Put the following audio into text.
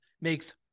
makes